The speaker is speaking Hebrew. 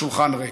השולחן ריק.